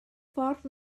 ffordd